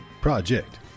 project